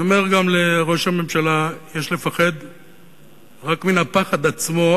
אני אומר גם לראש הממשלה: יש לפחד רק מן הפחד עצמו,